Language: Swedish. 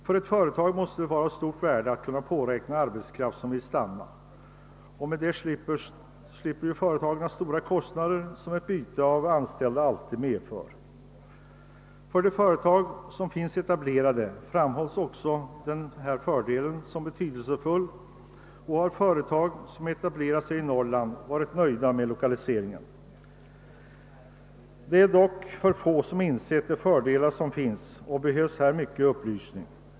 För ett företag måste det vara av stort värde att kunna räkna med att arbetskraften vill stanna kvar; därmed slipper företaget de stora kostnader som ett byte av anställda alltid medför. De företag som redan finns etablerade här framhåller också denna fördel som betydelsefull, och företag som etablerat sig i Norrland har varit nöjda med lokaliseringen. Alltför få har dock insett de fördelar som finns, och mycket upplysning behövs.